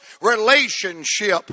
relationship